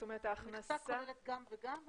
המכסה כוללת גם וגם.